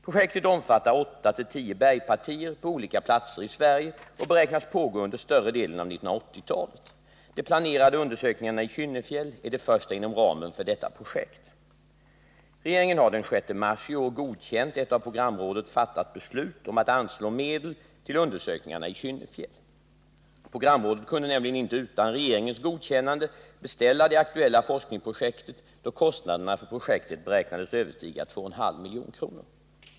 Projektet omfattar åtta till tio bergpartier på olika platser i Sverige och beräknas pågå under större delen av 1980-talet. De planerade undersökningarna av Kynnefjäll är de första inom ramen för detta projekt. Regeringen har den 6 mars i år godkänt ett av programrådet fattat beslut om att anslå medel till undersökningarna i Kynnefjäll. Programrådet kunde nämligen inte utan regeringens godkännande beställa det aktuella forskningsprojektet, då kostnaderna för projektet beräknades överstiga 2,5 milj.kr.